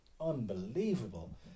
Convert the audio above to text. unbelievable